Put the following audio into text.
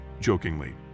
jokingly